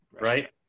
right